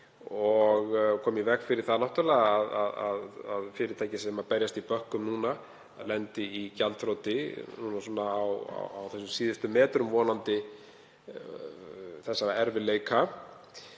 og koma í veg fyrir það að fyrirtæki sem berjast í bökkum núna lendi í gjaldþroti á þessum síðustu metrum, vonandi, þessara erfiðleika.